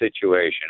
situation